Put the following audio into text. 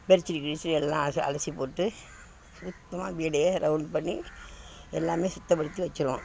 bedsheet கிட்ஷீட் எல்லாம் அலசி அலசிப்போட்டு சுத்தமாக வீட்டையே ரவுண்ட் பண்ணி எல்லாம் சுத்தப் படுத்தி வெச்சிடுவோம்